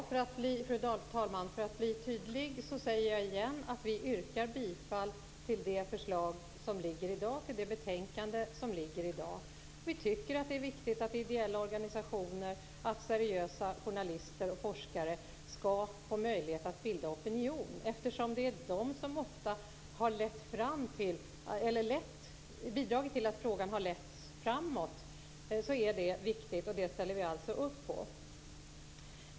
Fru talman! För att bli tydlig säger jag återigen att vi yrkar bifall till förslaget i det betänkande som behandlas i dag. Vi tycker att det är viktigt att ideella organisationer, seriösa journalister och forskare skall få möjlighet att bilda opinion, eftersom det är de som ofta har bidragit till att frågan har förts framåt. Det är viktigt, och det ställer vi alltså upp på.